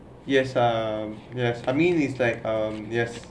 yes um yes I mean is like um yes